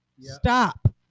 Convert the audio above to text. stop